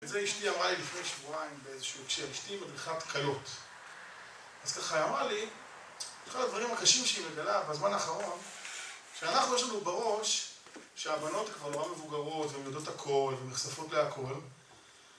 את זה אשתי אמרה לי לפני שבועיים באיזשהו קשר, אשתי מדריכת כלות אז ככה היא אמרה לי, בכלל הדברים הקשים שהיא מגלה בזמן האחרון שאנחנו יש לנו בראש שהבנות כבר נורא מבוגרות והן יודעות הכל ונחשפות להכל